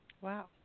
Wow